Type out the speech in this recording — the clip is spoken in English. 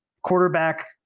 quarterback